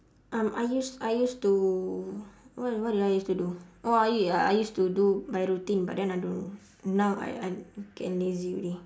um I use I used to what what did I use to do oh I I used to do my routine but then I don't know now I I getting lazy already